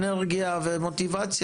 אין יותר מגלנט להכיר את זה,